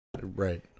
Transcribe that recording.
Right